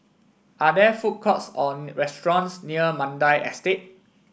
are there food courts or restaurants near Mandai Estate